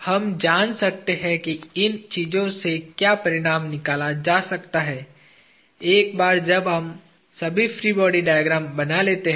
हम जान सकते है कि इन चीजों से क्या परिणाम निकाला जा सकता है एक बार जब हम सभी फ्री बॉडी डायग्राम बना लेते हैं